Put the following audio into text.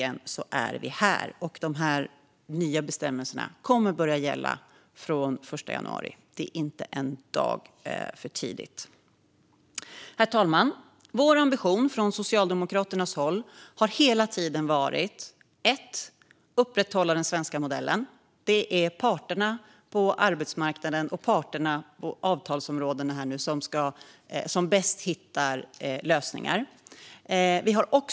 Men nu är vi äntligen här, och de nya bestämmelserna kommer att börja gälla den 1 januari. Det är inte en dag för tidigt. Herr talman! Ambitionen från Socialdemokraternas håll har hela tiden varit att upprätthålla den svenska modellen. Det är parterna på arbetsmarknaden och parterna på avtalsområdena som bäst hittar lösningar.